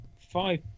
five